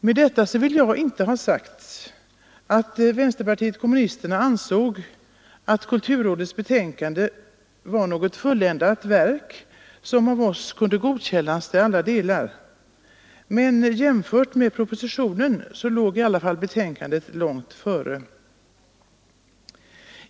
Med detta vill jag inte ha sagt att vänsterpartiet kommunisterna ansåg att kulturrådets betänkande var något fulländat verk som av oss kunde godkännas till alla delar. Men jämfört med propositionen låg i alla fall betänkandet långt före.